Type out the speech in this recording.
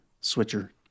switcher